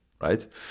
right